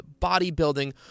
bodybuilding